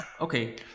Okay